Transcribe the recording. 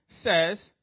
says